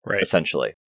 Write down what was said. essentially